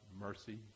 mercy